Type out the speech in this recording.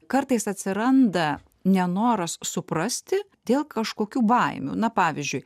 kartais atsiranda nenoras suprasti dėl kažkokių baimių na pavyzdžiui